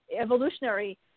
evolutionary